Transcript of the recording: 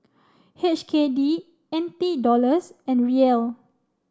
H K D N T Dollars and Riel